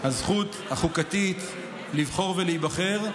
הזכות החוקתית לבחור ולהיבחר,